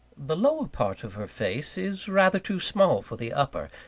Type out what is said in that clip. the lower part of her face is rather too small for the upper,